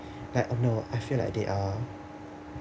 like oh no I feel like they are